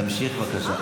בבקשה.